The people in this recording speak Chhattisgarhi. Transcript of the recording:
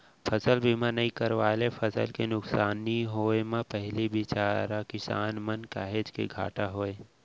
फसल बीमा नइ करवाए ले फसल के नुकसानी होय म पहिली बिचारा किसान मन ल काहेच के घाटा होय